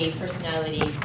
personality